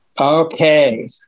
Okay